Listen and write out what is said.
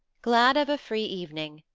glad of a free evening,